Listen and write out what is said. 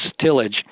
tillage